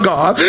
God